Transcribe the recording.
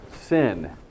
sin